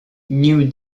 new